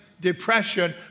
depression